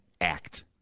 act